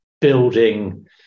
building